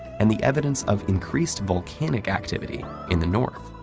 and the evidence of increased volcanic activity in the north.